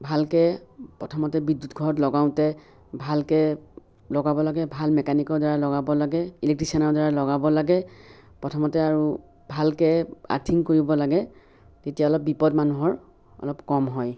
ভালকে প্ৰথমতে বিদ্যুৎ ঘৰত লগাওঁতে ভালকে লগাব লাগে ভাল মেকানিকৰ দ্বাৰা লগাব লাগে ইলেকট্ৰিচিয়ানৰ দ্বাৰা লগাব লাগে প্ৰথমতে আৰু ভালকে আৰ্থিং কৰিব লাগে তেতিয়া অলপ বিপদ মানুহৰ অলপ কম হয়